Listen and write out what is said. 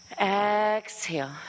exhale